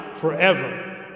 Forever